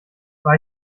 war